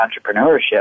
entrepreneurship